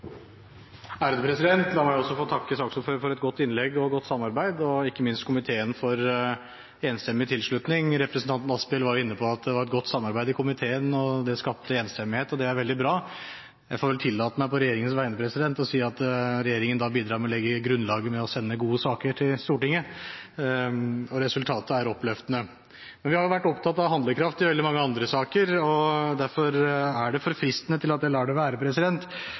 La meg også få takke saksordføreren for et godt innlegg og godt samarbeid og ikke minst komiteen for enstemmig tilslutning. Representanten Asphjell var inne på at det var et godt samarbeid i komiteen, og det skapte enstemmighet. Det er veldig bra. Jeg får vel tillate meg på regjeringens vegne å si at regjeringen bidrar med å legge grunnlaget ved å sende gode saker til Stortinget! Resultatet er oppløftende. Vi har vært opptatt av handlekraft i veldig mange andre saker. Derfor er det for fristende til at jeg kan la det være,